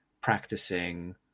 practicing